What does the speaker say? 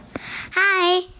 hi